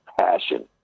passion